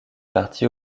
parti